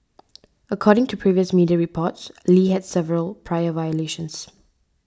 according to previous media reports Lee had several prior violations